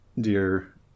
dear